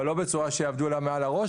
אבל לא בצורה שיעבדו לה מעל הראש,